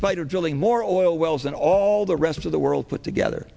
spite of drilling more oil wells and all the rest of the world put together